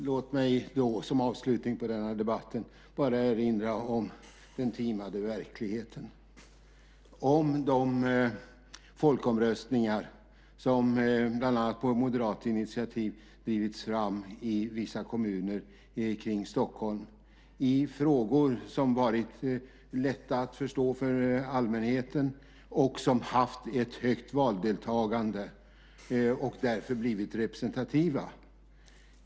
Låt mig som avslutning på denna debatt bara erinra om den timade verkligheten, de folkomröstningar som bland annat på moderat initiativ drivits fram i vissa kommuner kring Stockholm, i frågor som varit lätta att förstå för allmänheten, som haft ett högt valdeltagande och därför blivit representativa.